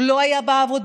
הוא לא היה בעבודה,